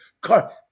car